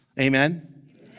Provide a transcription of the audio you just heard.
Amen